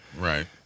Right